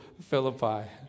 Philippi